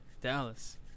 Dallas